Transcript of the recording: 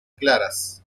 claras